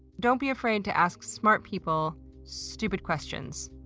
don't be afraid to ask smart people stupid questions,